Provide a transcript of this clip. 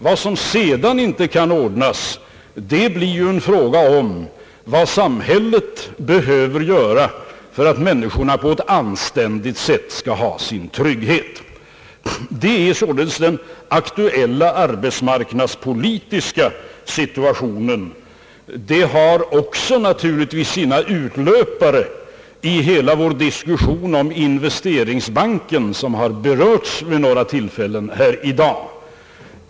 Vad som sedan inte kan ordnas blir en fråga om vad samhället behöver göra för att människorna på ett anständigt sätt skall ha sin trygghet. Detta är således den aktuella arbetsmarknadspolitiska situationen. Den har naturligtvis också sina utlöpare i hela diskussionen om investeringsbanken, som berörts vid några tillfällen här i dag.